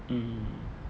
mm